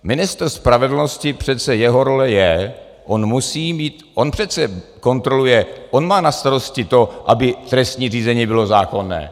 Role ministra spravedlnosti přece je on musí mít on přece kontroluje, on má na starosti to, aby trestní řízení bylo zákonné.